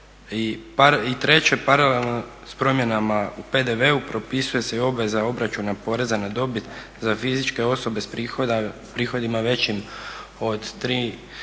I treće, paralelno s promjenama u PDV-u propisuje se i obveza obračuna poreza na dobit za fizičke osobe s prihodima većim od 3